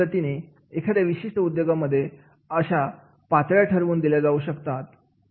अशा पद्धतीने एखाद्या विशिष्ट उद्योगांमध्ये अशा पात्र ठरवून दिल्यात जाऊ शकतात